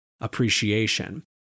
appreciation